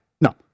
No